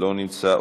לא נמצא.